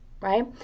right